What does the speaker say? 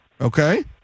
okay